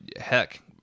heck